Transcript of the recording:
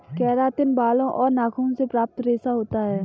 keratin बालों और नाखूनों से प्राप्त रेशा होता है